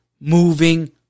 moving